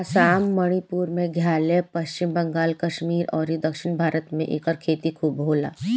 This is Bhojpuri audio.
आसाम, मणिपुर, मेघालय, पश्चिम बंगाल, कश्मीर अउरी दक्षिण भारत में एकर खेती खूब होला